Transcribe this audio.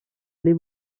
aller